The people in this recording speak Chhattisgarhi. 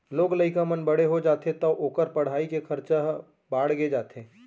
लोग लइका मन बड़े हो जाथें तौ ओकर पढ़ाई के खरचा ह बाड़गे जाथे